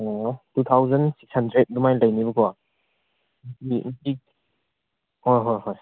ꯑꯣ two thousand hundred ꯑꯗꯨꯃꯥꯏꯅ ꯂꯩꯅꯤꯕꯀꯣ ꯍꯣꯏ ꯍꯣꯏ ꯍꯣꯏ